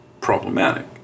problematic